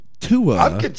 Tua